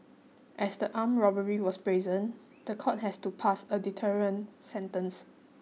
as the armed robbery was brazen the court has to pass a deterrent sentence